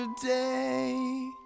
today